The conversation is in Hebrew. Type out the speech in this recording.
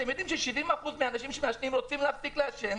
אתם יודעים ש-70% מהאנשים שמעשנים רוצים להפסיק לעשן,